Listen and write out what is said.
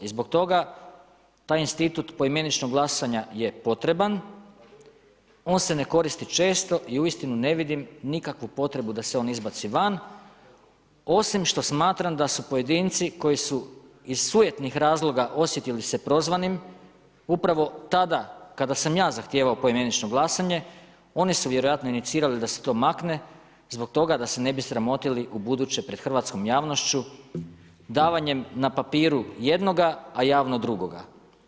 I zbog toga taj institut poimeničnog glasanja je potreban, on se ne koristi često i uistinu ne vidim nikakvu potrebu da se on izbaci van, osim što smatram da su pojedinci koji su iz sujetnih razloga osjetili se prozvanim, upravo tada kada sam ja zahtijevao pojedinačno glasanje oni su vjerojatno inicirali da se to makne zbog toga da se ne bi sramotili ubuduće pred hrvatskom javnošću davanjem na papiru jednoga, a javno drugoga.